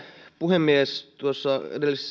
puhemies tuossa aikaisemmassa